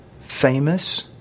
famous